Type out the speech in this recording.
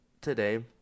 Today